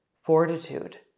fortitude